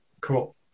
Cool